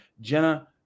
jenna